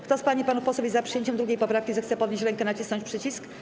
Kto z pań i panów posłów jest za przyjęciem 2. poprawki, zechce podnieść rękę i nacisnąć przycisk.